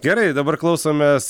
gerai dabar klausomės